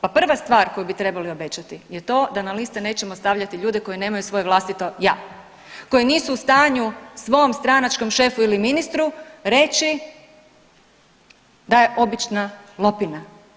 Pa prva stvar koju bi trebali obećati je to da na liste nećemo stavljati ljude koji nemaj svoje vlastito ja, koji nisu u stanju svom stranačkom šefu ili ministru reći da je obična lopina.